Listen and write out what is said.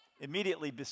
Immediately